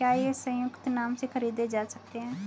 क्या ये संयुक्त नाम से खरीदे जा सकते हैं?